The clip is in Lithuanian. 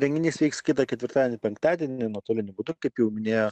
renginys vyks kitą ketvirtadienį penktadienį nuotoliniu būdu kaip jau minėjo